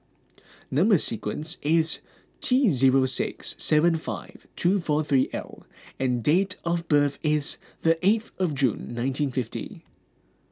Number Sequence is T zero six seven five two four three L and date of birth is the eighth of June nineteen fifty